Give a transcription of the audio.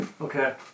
Okay